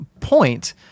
point